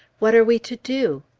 what are we to do?